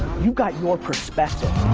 you've got your perspective.